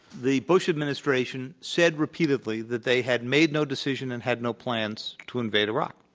the bush administration said repeatedly that they had made no decision and had no plans to invade iraq.